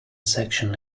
section